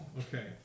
Okay